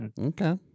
Okay